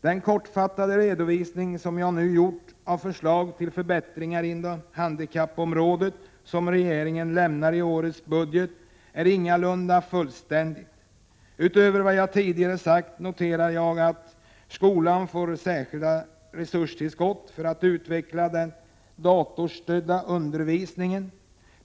Den kortfattade redovisning som jag nu har gjort av förslag till förbättringar inom handikappområdet som regeringen lämnar i årets budget är ingalunda fullständig. Utöver vad jag tidigare sagt noterar jag att skolan får särskilda resurstillskott för att utveckla den datorstödda undervisningen.